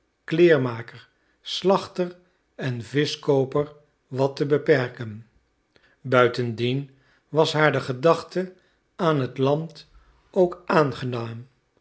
kleermaker slachter en vischkooper wat te beperken buitendien was haar de gedachte aan het land ook aangenaam